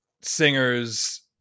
singers